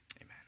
amen